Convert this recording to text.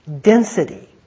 density